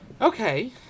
Okay